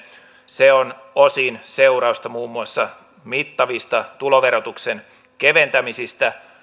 se on osin seurausta muun muassa mittavista tuloverotuksen keventämisistä